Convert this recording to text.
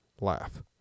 laugh